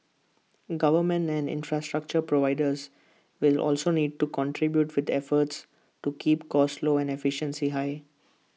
governments and infrastructure providers will also need to contribute with efforts to keep costs low and efficiency high